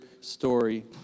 story